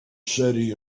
city